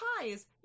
Ties